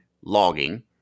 logging